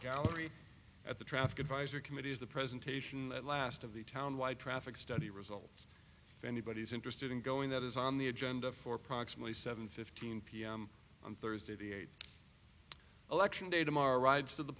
gallery at the traffic advisory committee is the presentation that last of the town wide traffic study results anybody is interested in going that is on the agenda for approximately seven fifteen pm on thursday the eight election day tomorrow rides to the